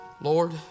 Lord